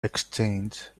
exchange